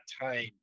time